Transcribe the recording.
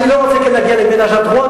אני לא רוצה להגיע כאן ל-Ménage à trios.